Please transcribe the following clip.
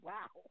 Wow